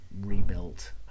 rebuilt